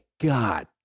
God